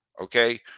okay